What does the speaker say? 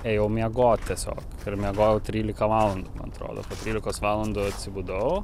ėjau miegot tiesiog ir miegojau trylika valandų man atrodo trylikos valandų atsibudau